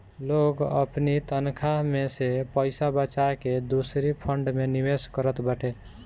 लोग अपनी तनखा में से पईसा बचाई के दूसरी फंड में निवेश करत बाटे